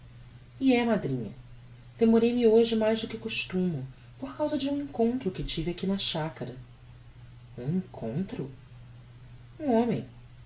e é madrinha demorei-me hoje mais do que costumo por causa de um encontro que tive aqui na chacara um encontro um homem